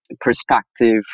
perspective